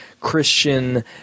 Christian